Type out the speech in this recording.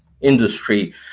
industry